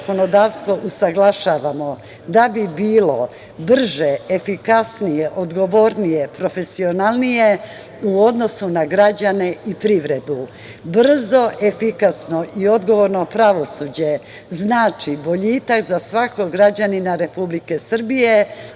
usaglašavamo da bi bilo brže, efikasnije, odgovornije, profesionalnije u odnosu na građane i privredu. Brzo, efikasno i odgovorno pravosuđe, znači boljitak za svakog građanina Republike Srbije,